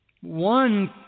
One